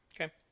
Okay